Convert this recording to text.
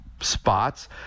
Spots